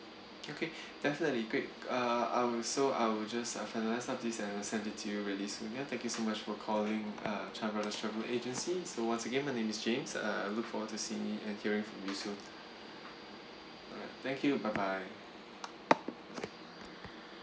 okay okay definitely great uh I will so I will just finalise up these and I'll send it to you really soon ya thank you so much for calling uh chan brothers travel agency so once again my name is james uh I look forward to seeing and hearing from you soon alright thank you bye bye